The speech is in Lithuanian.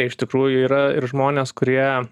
iš tikrųjų yra ir žmonės kurie